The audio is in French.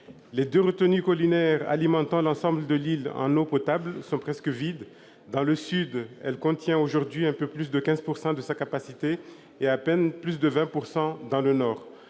Les deux retenues collinaires alimentant l'ensemble de l'île en eau potable sont presque vides. Dans le sud, la retenue contient, aujourd'hui, un peu plus de 15 % de sa capacité et à peine plus de 20 % dans le nord.